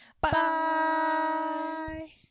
Bye